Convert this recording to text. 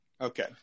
Okay